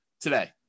today